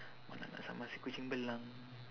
mana kan sama si kucing belang